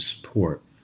support